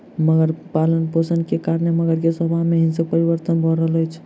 मगर पालनपोषण के कारण मगर के स्वभाव में हिंसक परिवर्तन भ रहल छल